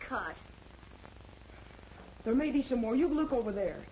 cut there may be some more you look over there